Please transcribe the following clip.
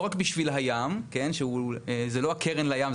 לא רק בשביל הים - זאת לא הקרן לים,